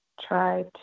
try